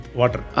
water